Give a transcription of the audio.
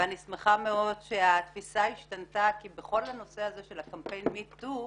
ואני שמחה מאוד שהתפיסה השתנתה כי בכל הנושא הזה של קמפיין Me Too,